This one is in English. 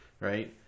right